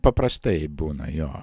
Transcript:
paprastai būna jo